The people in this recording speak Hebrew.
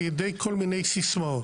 על ידי כל מיני סיסמאות.